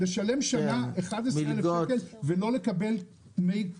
לשלם 11,000 שקל לשנה ולא לקבל דמי קיום.